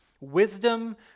wisdom